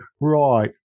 right